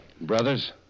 Brothers